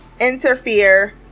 interfere